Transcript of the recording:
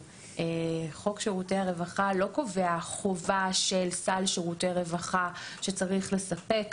חוק שירותי רווחה לא קובע חובה של סל שירותי רווחה שצריך לספק,